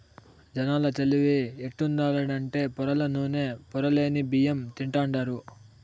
జనాల తెలివి ఎట్టుండాదంటే పొరల్ల నూనె, పొరలేని బియ్యం తింటాండారు